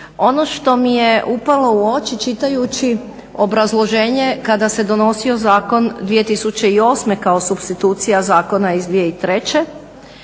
Ono što mi je upalo u oči čitajući obrazloženje kada se donosio zakon 2008. kao supstitucija zakona iz 2003.,